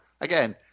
again –